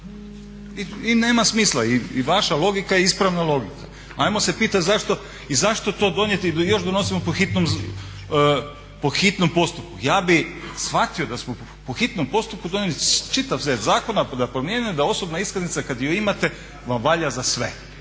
i nema smisla i vaša logika je ispravna logika. Ajmo se pitat zašto to donijeti, još donosimo po hitnom postupku. Ja bih shvatio da smo po hitnom postupku donijeli čitav set zakona da promijene da osobna iskaznica kad ju imate vam valja za sve,